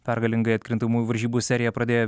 pergalingai atkrintamųjų varžybų seriją pradėjo